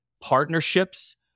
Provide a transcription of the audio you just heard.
partnerships